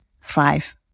thrive